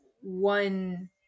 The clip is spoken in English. one